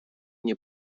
nie